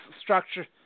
structure